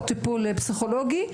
או טיפול פסיכולוגי?